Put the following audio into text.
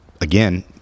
again